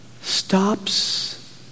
stops